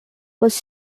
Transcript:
was